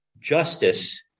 justice